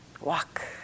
Walk